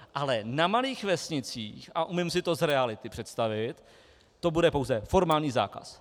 Ale na malých vesnicích, a umím si to z reality představit, to bude pouze formální zákaz.